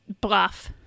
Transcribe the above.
bluff